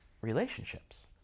relationships